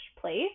place